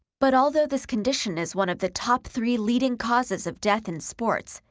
but although this condition is one of the top three leading causes of death in sports,